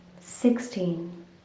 sixteen